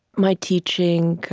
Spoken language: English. my teaching,